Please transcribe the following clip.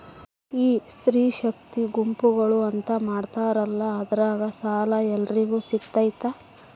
ಈ ಸ್ತ್ರೇ ಶಕ್ತಿ ಗುಂಪುಗಳು ಅಂತ ಮಾಡಿರ್ತಾರಂತಲ ಅದ್ರಾಗ ಸಾಲ ಎಲ್ಲರಿಗೂ ಸಿಗತೈತಾ?